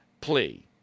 plea